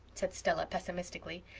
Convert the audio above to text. said stella pesimistically.